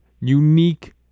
unique